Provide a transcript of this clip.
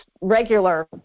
regular